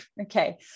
Okay